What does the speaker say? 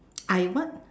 I what